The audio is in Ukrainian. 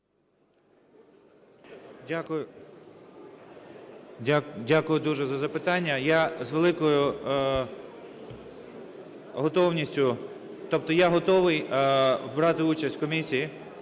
Дякую. Дякую дуже за запитання. Я з великою готовністю… тобто я готовий брати участь у комісії,